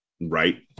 Right